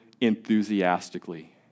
enthusiastically